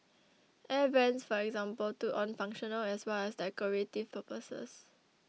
Air Vents for example took on functional as well as decorative purposes